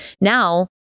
Now